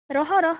ରହ ର